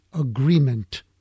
agreement